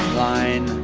line.